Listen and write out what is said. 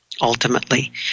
ultimately